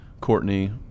Courtney